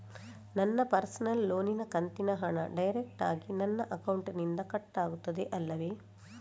ನನ್ನ ಪರ್ಸನಲ್ ಲೋನಿನ ಕಂತಿನ ಹಣ ಡೈರೆಕ್ಟಾಗಿ ನನ್ನ ಅಕೌಂಟಿನಿಂದ ಕಟ್ಟಾಗುತ್ತದೆ ಅಲ್ಲವೆ?